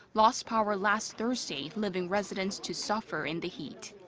lost power last thursday, leaving residents to suffer in the heat.